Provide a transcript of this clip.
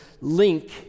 link